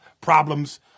problems